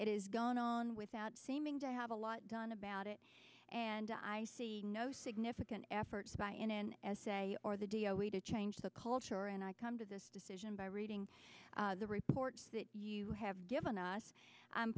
it is gone on without seeming to have a lot done about it and i see no significant effort by an essay or the d o b to change the culture and i come to this decision by reading the reports that you have given us